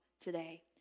today